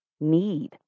need